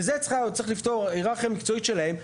וזה צריכה לפתור היררכיה מקצועית שלהם,